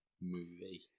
movie